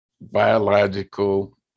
Biological